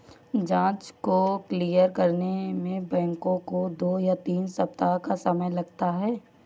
जाँच को क्लियर करने में बैंकों को दो या तीन सप्ताह का समय लगता है